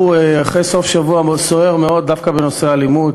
אנחנו אחרי סוף שבוע סוער מאוד דווקא בנושא האלימות.